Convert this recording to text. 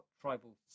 tribal